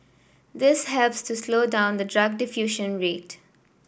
this helps to slow down the drug diffusion rate